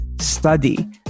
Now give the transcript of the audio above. study